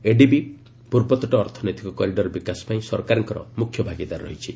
ADB ପୂର୍ବତଟ ଅର୍ଥନୈତିକ corridor ବିକାଶ ପାଇଁ ସରକାରଙ୍କର ମୁଖ୍ୟ ଭାଗିଦାର ରହିଛି